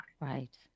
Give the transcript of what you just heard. Right